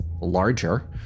larger